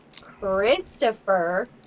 Christopher